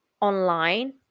online